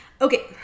okay